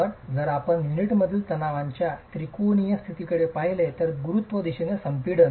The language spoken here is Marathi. तर जर आपण युनिटमधील तणावांच्या त्रिकोणीय स्थितीकडे पाहिले तर गुरुत्व दिशेने हे संपीडन